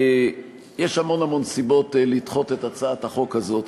יש המון המון סיבות לדחות את הצעת החוק הזאת,